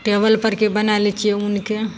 table परके बनाय लै छियै ऊनके